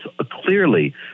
clearly